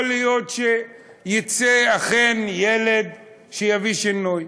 יכול להיות שייצא אכן ילד שיביא שינוי.